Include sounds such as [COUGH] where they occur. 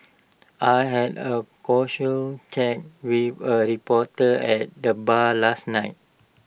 I had A [UNINTELLIGIBLE] chat with A reporter at the bar last night